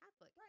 right